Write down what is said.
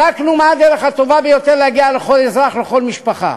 בדקנו מה הדרך הטובה ביותר להגיע לכל אזרח ולכל משפחה.